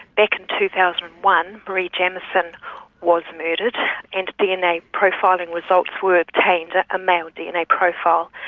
back in two thousand and one, marie jamieson was murdered, and dna profiling results were obtained a male dna profile,